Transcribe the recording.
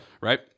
right